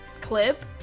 clip